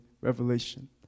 revelation